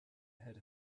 heard